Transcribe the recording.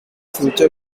future